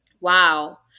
Wow